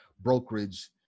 brokerage